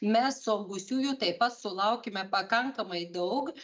mes suaugusiųjų taip pat sulaukėme pakankamai daug